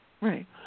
Right